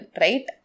right